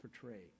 portrayed